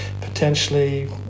potentially